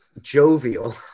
jovial